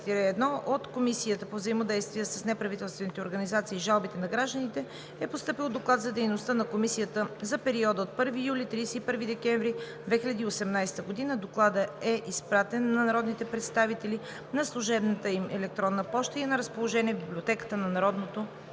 от Комисията по взаимодействието с неправителствените организации и жалбите на гражданите е постъпил Доклад за дейността на Комисията за периода 1 юли – 31 декември 2018 г. Докладът е изпратен на народните представители на служебната им електронна поща и е на разположение в Библиотеката на Народното